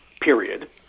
period